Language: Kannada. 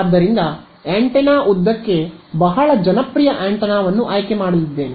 ಆದ್ದರಿಂದ ಆಂಟೆನಾ ಉದ್ದಕ್ಕೆ ಬಹಳ ಜನಪ್ರಿಯ ಆಂಟೆನಾವನ್ನು ಆಯ್ಕೆ ಮಾಡಲಿದ್ದೇನೆ